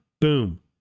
boom